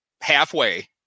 halfway